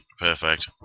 perfect